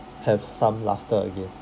have some laughter again